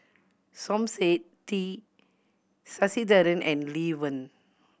Som Said T Sasitharan and Lee Wen